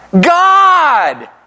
God